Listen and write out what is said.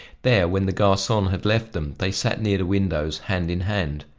there, when the garcon had left them, they sat near the windows, hand in hand.